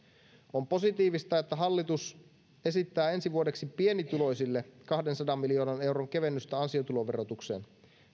on positiivista että hallitus esittää ensi vuodeksi pienituloisille kahdensadan miljoonan euron kevennystä ansiotuloverotukseen